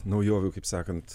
naujovių kaip sakant